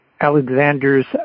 Alexander's